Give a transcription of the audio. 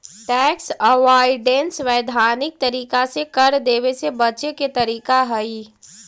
tax avoidance वैधानिक तरीका से कर देवे से बचे के तरीका हई